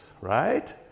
right